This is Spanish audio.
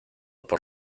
por